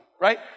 right